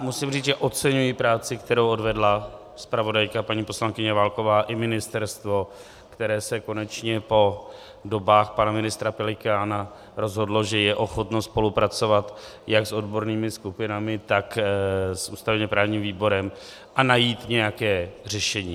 Musím říci, že oceňuji práci, kterou odvedla zpravodajka, paní poslankyně Válková, i ministerstvo, které se konečně po dobách pana ministra Pelikána rozhodlo, že je ochotno spolupracovat jak s odbornými skupinami, tak s ústavněprávním výborem a najít nějaké řešení.